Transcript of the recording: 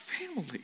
family